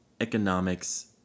economics